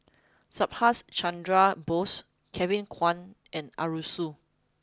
Subhas Chandra Bose Kevin Kwan and Arasu